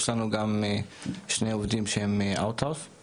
יש לנו גם שני עובדים שהם outsourcing.